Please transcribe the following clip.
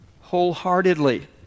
wholeheartedly